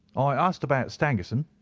i asked about stangerson.